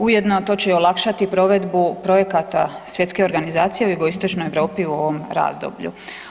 Ujedno to će i olakšati provedbu projekata Svjetske organizacije u Jugoistočnoj Europi u ovom razdoblju.